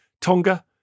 Tonga